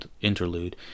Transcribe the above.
interlude